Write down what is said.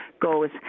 goes